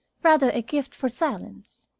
rather a gift for silence.